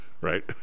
right